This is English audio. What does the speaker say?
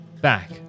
back